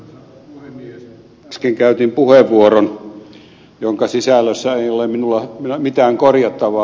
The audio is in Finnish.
äsken käytin puheenvuoron jonka sisällössä ei ole minulla mitään korjattavaa